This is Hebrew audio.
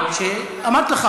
אמרתי לך,